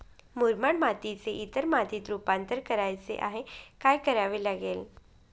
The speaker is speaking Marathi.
मुरमाड मातीचे इतर मातीत रुपांतर करायचे आहे, काय करावे लागेल?